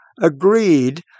agreed